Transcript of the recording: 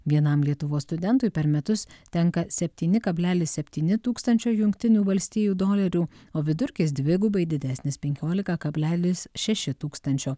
vienam lietuvos studentui per metus tenka septyni kablelis septyni tūkstančio jungtinių valstijų dolerių o vidurkis dvigubai didesnis penkiolika kablelis šeši tūkstančio